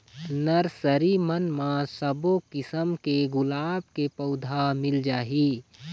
nursery मन म सब्बो किसम के गुलाब के पउधा मिल जाही